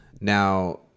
now